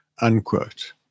unquote